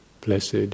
blessed